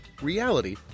reality